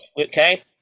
Okay